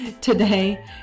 Today